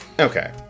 Okay